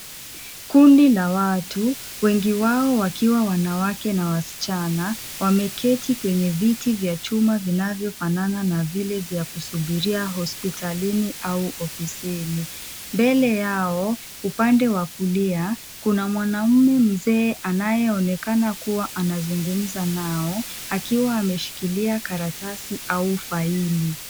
Kundi la watu wengi wao wakiwa wanawake na wasichana wameketi kwenye viti vya chuma vinavyofanana na vile vya kusubiria hospitalini au ofisini. Mbele yao upande wa kulia kuna mwanamume mzee anayeonekana kuwa anazungumza nao akiwa ameshikilia karatasi au faili.